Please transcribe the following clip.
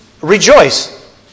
rejoice